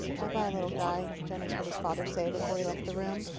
bye-bye, little guy, jonas heard his father say before he left the room.